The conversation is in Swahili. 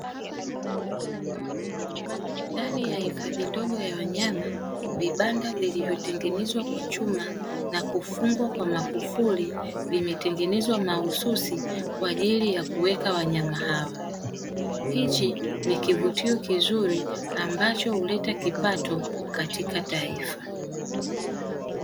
Ndani ya hifadhi ndogo ya wanyama, vibanda vilivyotengenezwa kwa chuma na kufungwa kwa makufuli, vimetengenezwa mahususi kwa ajili ya kuweka wanyama hawa. Hiki ni kivutio kizuri ambacho huleta kipato katika taifa.